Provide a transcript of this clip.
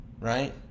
right